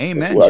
Amen